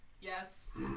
Yes